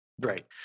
Right